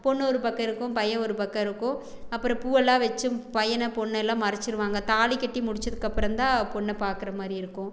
பொண்ணு ஒரு பக்கம் இருக்கும் பையன் ஒரு பக்கம் இருக்கும் அப்புறம் பூவெல்லாம் வெச்சு பையனை பொண்ணெல்லாம் மறச்சுருவாங்க தாலி கட்டி முடித்ததுக்கு அப்புறம் தான் பொண்ணை பார்க்கற மாதிரி இருக்கும்